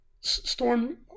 Storm